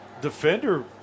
defender